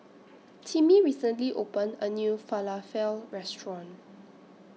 Timmie recently opened A New Falafel Restaurant